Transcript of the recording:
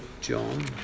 John